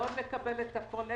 מקבלת את הכל,